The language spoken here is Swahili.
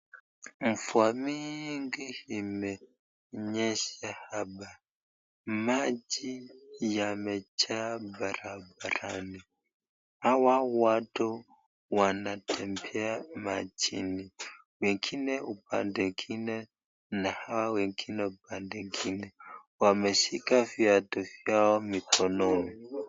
Mvua mingi imenyesha hapa, maji yamejaa barabarani , hawa watu wanatembea majini na wengine upande ingine na hawa wengine upande ingine wameshika viatu vyao mikononi.